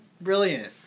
Brilliant